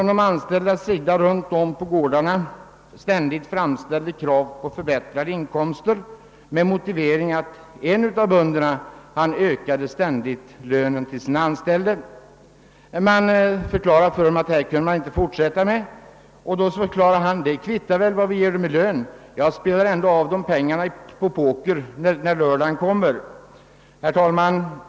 De anställda runt om på gårdarna framställde ständigt krav på förbättrade inkomster med motivering att en av bönderna ökade ständigt lönen till sina anställda. De övriga bönderna sade till honom att han inte kunde fortsätta på det sättet. Då förklarade han: »Det kvittar vad jag ger dem i lön; jag spelar ändå av dem pengarna på poker när lördagen kommer.» Herr talman!